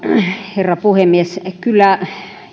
herra puhemies kyllä